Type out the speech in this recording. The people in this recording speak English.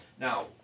now